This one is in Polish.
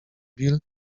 bill